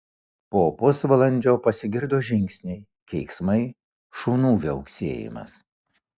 po pusvalandžio pasigirdo žingsniai keiksmai šunų viauksėjimas